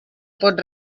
pot